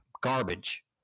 garbage